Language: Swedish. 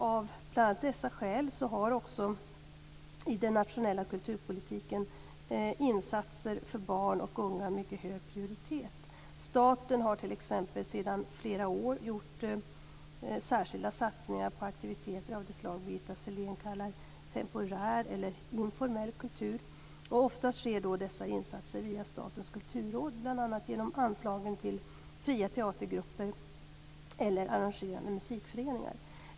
Av bl.a. dessa skäl har också i den nationella kulturpolitiken insatser för barn och unga mycket hög prioritet. Staten har t.ex. sedan flera år gjort särskilda satsningar på aktiviteter av det slag Birgitta Sellén kallar temporär eller "informell" kultur. Oftast sker dessa insatser via Statens kulturråd, bl.a. genom anslagen till fria teatergrupper eller arrangerande musikföreningar.